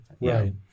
right